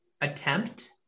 attempt